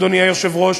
אדוני היושב-ראש,